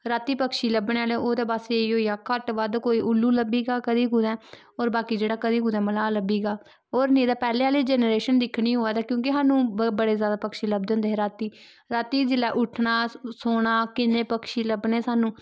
राती पक्षी लब्भने आह्ले ओह् ते बस एह् ही ऐ घट्ट बध्द कोई उल्लू लब्भी गा कदी कुतैं और बाकि जेह्ड़ा कदी कुतै मलाह् लब्भी गा और निं तां पैह्ले आह्ली जनरेशन दिक्खनी होऐ ते क्यूंकि स्हानू ब बड़े जैदा पक्षी लभदे होंदे हे राती राती जिल्लै उट्ठना सोना किन्ने पक्षी लब्भने स्हानू